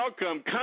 welcome